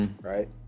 Right